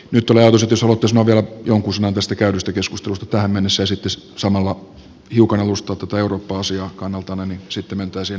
nyt oli ajatus että jos haluatte sanoa vielä jonkun sanan tästä käydystä keskustelusta tähän mennessä ja sitten samalla hiukan alustaa tätä eurooppa asiaa kannaltanne niin sitten mentäisiin eurooppa keskusteluun heti teidän jälkeenne